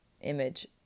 image